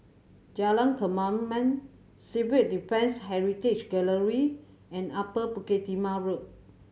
Jalan Kemaman Civil Defence Heritage Gallery and Upper Bukit Timah Road